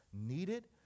needed